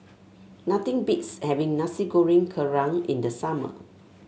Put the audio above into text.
nothing beats having Nasi Goreng Kerang in the summer